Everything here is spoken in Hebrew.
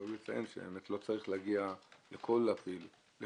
ראוי לציין שלא צריך להגיע לכל הבדיקות.